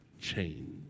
change